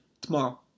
tomorrow